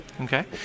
Okay